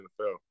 NFL